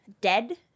dead